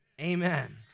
Amen